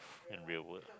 in real world